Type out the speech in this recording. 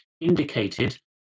indicated